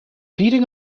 beating